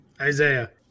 Isaiah